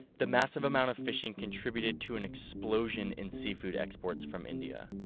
the massive amount of fishing contributed to an explosion in seafood exports from india.